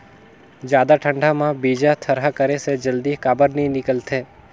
जादा ठंडा म बीजा थरहा करे से जल्दी काबर नी निकलथे?